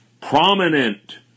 prominent